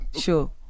Sure